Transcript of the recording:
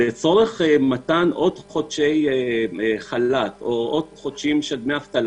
לצורך מתן עוד חודשי חל"ת או עוד חודשים של דמי אבטלה